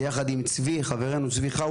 ביחד דם צבי חאוטה,